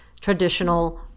traditional